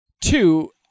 Two